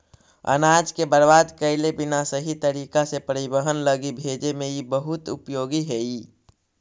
अनाज के बर्बाद कैले बिना सही तरीका से परिवहन लगी भेजे में इ बहुत उपयोगी हई